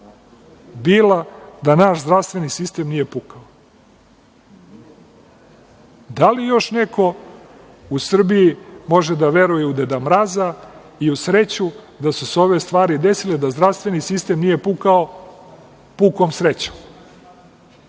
bila da naš zdravstveni sistem nije pukao. Da li još neko u Srbiji može da veruje u Deda Mraza i u sreću da su se ove stvari desile, da zdravstveni sistem nije pukao pukom srećom. Ja